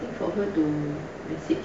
for her to